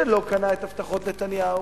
שלא קנה את הבטחות נתניהו,